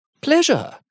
Pleasure